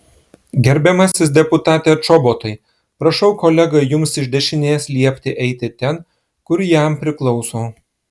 gerbiamasis deputate čobotai prašau kolegai jums iš dešinės liepti eiti ten kur jam priklauso